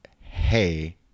hey